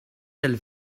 del